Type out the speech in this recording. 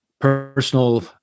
personal